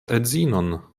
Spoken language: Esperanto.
edzinon